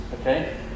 okay